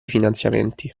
finanziamenti